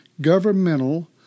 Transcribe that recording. governmental